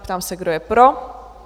Ptám se, kdo je pro?